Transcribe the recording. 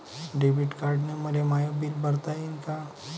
Debit कार्डानं मले माय बिल भरता येईन का?